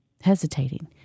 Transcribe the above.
hesitating